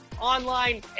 online